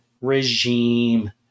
regime